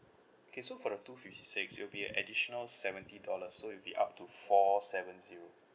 okay so for the two fifty six it'll be a additional seventy dollars so it'll be up to four seven zero